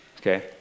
Okay